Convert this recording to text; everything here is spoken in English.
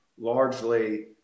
largely